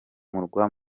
murwa